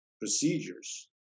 procedures